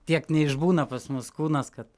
tiek neišbūna pas mus kūnas kad